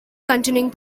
continuing